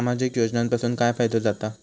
सामाजिक योजनांपासून काय फायदो जाता?